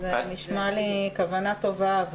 נשמע לי שזאת כוונה טובה.